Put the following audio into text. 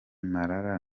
marara